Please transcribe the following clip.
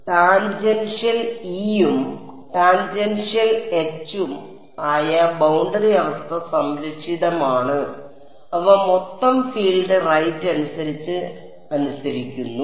tangential E ഉം tangential H ഉം ആയ ബൌണ്ടറി അവസ്ഥ സംരക്ഷിതമാണ് അവ മൊത്തം ഫീൽഡ് റൈറ്റ് അനുസരിച്ച് അനുസരിക്കുന്നു